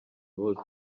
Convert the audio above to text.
bose